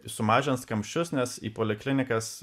sumažins kamščius nes į poliklinikas